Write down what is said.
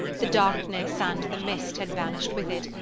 the darkness and the mist had vanished with it,